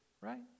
right